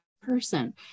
person